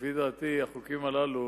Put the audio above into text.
לפי דעתי, החוקים הללו